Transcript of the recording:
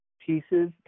pieces